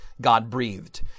God-breathed